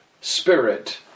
Spirit